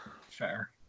Fair